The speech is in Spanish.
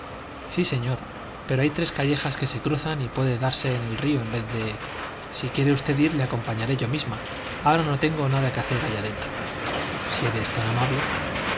sí señor pero hay tres callejas que se cruzan y puede darse en el río en vez de si quiere usted ir le acompañaré yo misma ahora no tengo nada que hacer allá dentro si eres tan amable